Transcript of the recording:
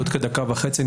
בעוד כדקה וחצי,